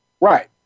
Right